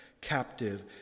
captive